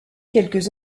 quelques